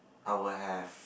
I will have